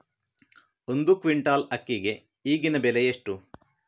ಒಂದು ಕ್ವಿಂಟಾಲ್ ಅಕ್ಕಿಗೆ ಈಗಿನ ಬೆಲೆ ಎಷ್ಟು?